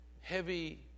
heavy